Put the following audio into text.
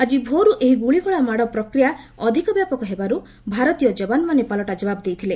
ଆଜି ଭୋରୁ ଏହି ଗୁଳିଗୋଳା ମାଡ଼ ପ୍ରକ୍ରିୟା ଅଧିକ ବ୍ୟାପକ ହେବାରୁ ଭାରତୀୟ ଯବାନମାନେ ପାଲଟା ଜବାବ ଦେଇଥିଲେ